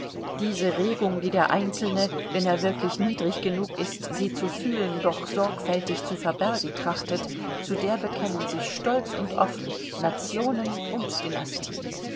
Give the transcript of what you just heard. diese regung die der einzelne wenn er wirklich niedrig genug ist sie zu fühlen doch sorgfältig zu verbergen trachtet zu der bekennen sich stolz und offen nationen und dynastien